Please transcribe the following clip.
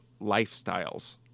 lifestyles